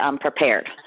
prepared